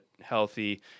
healthy